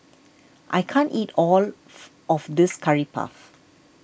I can't eat all of this Curry Puff